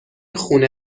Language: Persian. خونه